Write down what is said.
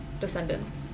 Descendants